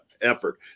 effort